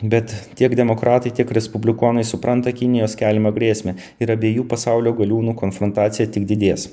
bet tiek demokratai tiek respublikonai supranta kinijos keliamą grėsmę ir abiejų pasaulio galiūnų konfrontacija tik didės